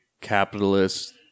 capitalist